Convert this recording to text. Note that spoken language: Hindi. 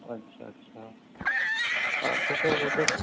अच्छा अच्छा हाँ तो सर वो तो